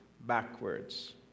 backwards